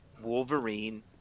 Wolverine